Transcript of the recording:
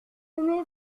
n’est